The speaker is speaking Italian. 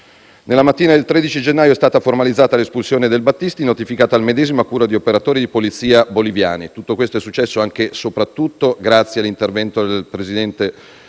Nella mattina del 13 gennaio è stata formalizzata l'espulsione del Battisti, notificata al medesimo a cura di operatori di polizia boliviani. Tutto questo è successo anche e soprattutto grazie all'intervento del presidente